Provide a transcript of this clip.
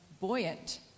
buoyant